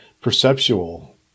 perceptual